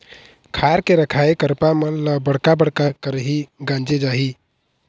खार के रखाए करपा मन ल बड़का बड़का खरही गांजे जाही